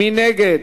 מי נגד?